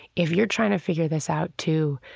if you're trying to figure this out too,